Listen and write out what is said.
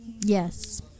Yes